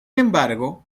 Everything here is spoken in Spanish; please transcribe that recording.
embargo